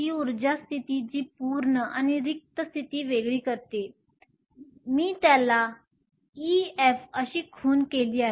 ही ऊर्जा स्थिती जी पूर्ण आणि रिक्त स्थिती वेगळी करते मी त्याला Ef अशी खूण केली आहे